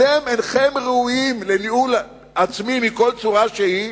אתם אינכם ראויים לניהול עצמי מכל צורה שהיא,